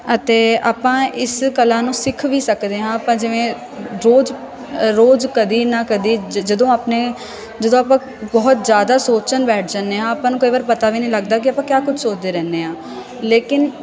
ਅਤੇ ਆਪਾਂ ਇਸ ਕਲਾ ਨੂੰ ਸਿੱਖ ਵੀ ਸਕਦੇ ਹਾਂ ਆਪਾਂ ਜਿਵੇਂ ਰੋਜ਼ ਰੋਜ਼ ਕਦੇ ਨਾ ਕਦੇ ਜ ਜਦੋਂ ਆਪਣੇ ਜਦੋਂ ਆਪਾਂ ਬਹੁਤ ਜ਼ਿਆਦਾ ਸੋਚਣ ਬੈਠ ਜਾਂਦੇ ਹਾਂ ਆਪਾਂ ਨੂੰ ਕਈ ਵਾਰ ਪਤਾ ਵੀ ਨਹੀਂ ਲੱਗਦਾ ਕਿ ਆਪਾਂ ਕਿਆ ਕੁਛ ਸੋਚਦੇ ਰਹਿੰਦੇ ਹਾਂ ਲੇਕਿਨ